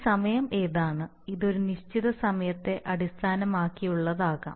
ഈ സമയം ഏതാണ് ഇത് ഒരു നിശ്ചിത സമയത്തെ അടിസ്ഥാനമാക്കിയുള്ളതാകാം